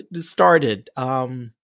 started